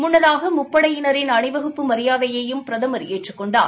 முன்னதாக முப்படையினரின் அணிவகுப்பு மரியாதையையும் பிரதமர் ஏற்றுக் கொண்டார்